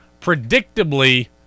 predictably